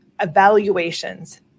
evaluations